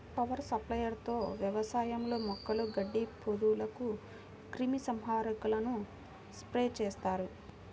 power sprayer తో వ్యవసాయంలో మొక్కలు, గడ్డి, పొదలకు క్రిమి సంహారకాలను స్ప్రే చేస్తారు